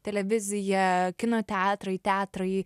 televizija kino teatrai teatrai